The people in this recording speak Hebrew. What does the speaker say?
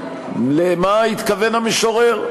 לְמה התכוון המשורר?